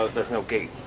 there's no gate